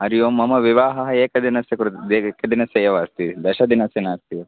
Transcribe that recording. हरि ओं मम विवाहः एकदिनस्य कृत् एकदिनस्य एव अस्ति दशदिनस्य नास्ति